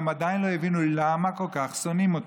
הם עדיין לא הבינו למה כל כך שונאים אותם.